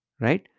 Right